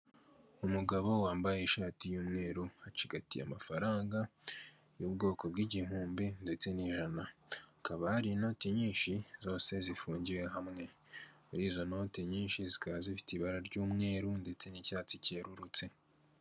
Umugabo wambaye ishati y'umweru acigatiye amafaranga y'ubwoko bw'igihumbi ndetse n'ijana, hakaba hari inoti nyinshi zose zifungiwe hamwe, muri izo noti nyinshi zikaba zifite ibara ry'mweru ndetse n'icyatsi kerurutse.